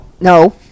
No